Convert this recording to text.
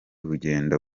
bugenda